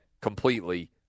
completely